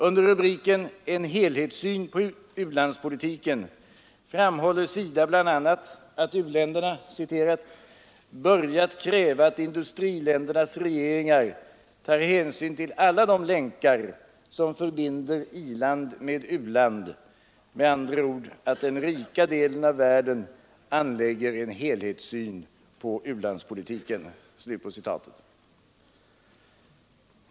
Under rubriken ”En helhetssyn på u-landspolitiken” framhåller SIDA bl.a. att u-länderna ”börjat kräva att industriländernas regeringar tar hänsyn till alla de länkar, som förbinder i-land och u-land, med andra ord att den rika delen av världen anlägger en helhetssyn på u-landspolitiken”.